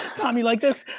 tom, you like this?